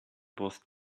both